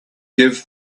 give